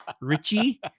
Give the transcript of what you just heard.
richie